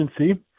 agency